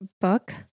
book